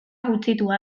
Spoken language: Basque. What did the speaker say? gutxitua